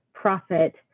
Profit